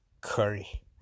Curry